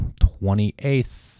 28th